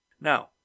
Now